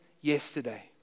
yesterday